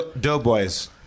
Doughboys